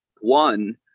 one